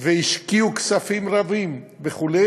והשקיעו כספים רבים וכו',